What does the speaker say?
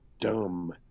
dumb